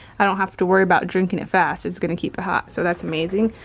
i don't have to worry about drinking it fast. it's gonna keep it hot. so that's amazing.